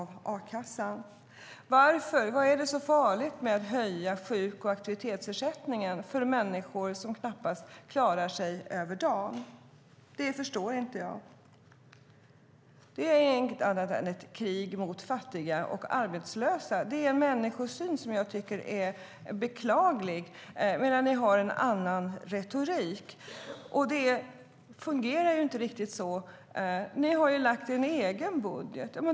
Vad är det som är så farligt med att höja sjuk och aktivitetsersättningen för människor som knappast klarar sig över dagen? Det förstår inte jag. Detta är inget annat än ett krig mot fattiga och arbetslösa. Det är en människosyn som jag tycker är beklaglig, medan ni har en annan retorik. Det fungerar inte riktigt så. Ni har lagt fram en egen budget.